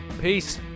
peace